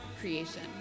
creation